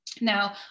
Now